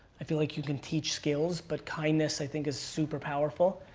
i feel like you can teach skills, but kindness i think is super powerful.